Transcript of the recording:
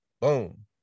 Boom